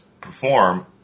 perform